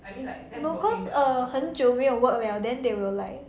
no cause err 很久没有 work 了 then they will like